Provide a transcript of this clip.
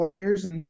players